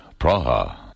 Praha